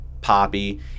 poppy